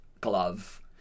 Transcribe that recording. glove